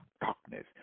darkness